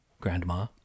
Grandma